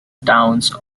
towns